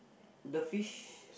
the fish